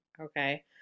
Okay